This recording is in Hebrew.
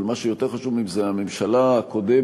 אבל מה שיותר חשוב זה שהממשלה הקודמת